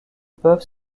peuvent